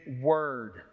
word